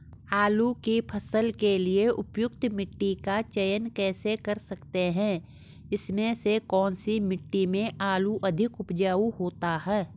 आलू की फसल के लिए उपयुक्त मिट्टी का चयन कैसे कर सकते हैं इसमें से कौन सी मिट्टी में आलू अधिक उपजाऊ होता है?